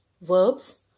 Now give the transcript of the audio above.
Verbs